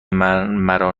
مرا